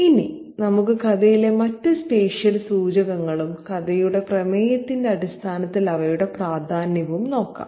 ഇനി നമുക്ക് കഥയിലെ മറ്റ് സ്പേഷ്യൽ സൂചകങ്ങളും കഥയുടെ പ്രമേയത്തിന്റെ അടിസ്ഥാനത്തിൽ അവയുടെ പ്രാധാന്യവും നോക്കാം